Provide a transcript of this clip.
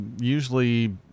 Usually